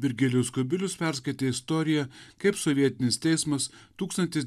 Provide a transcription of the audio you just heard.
virgilijus kubilius perskaitė istoriją kaip sovietinis teismas tūkstantis